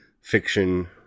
fiction